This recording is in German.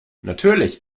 natürlich